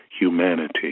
humanity